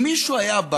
אם מישהו היה בא